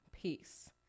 Peace